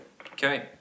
Okay